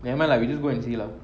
never mind lah we just go and see lah